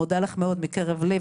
מודה לך מאוד מקרב לב,